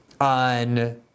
on